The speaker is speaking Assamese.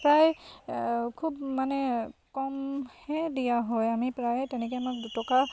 প্ৰায় খুব মানে কমহে দিয়া হয় আমি প্ৰায় তেনেকৈ আমাক দুটকা